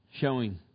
showing